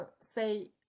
say